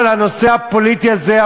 כל הנושא הפוליטי הזה,